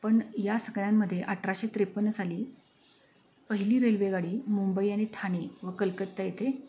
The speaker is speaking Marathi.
पण या सगळ्यांमध्ये अठराशे त्रेपन्न साली पहिली रेल्वेगाडी मुंबई आणि ठाणे व कलकत्ता येथे